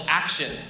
action